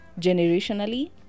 Generationally